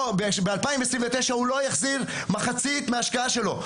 ב-2029 הוא לא יחזיר מחצית מההשקעה שלו.